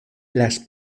las